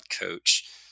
coach